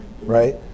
right